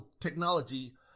technology